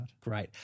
Great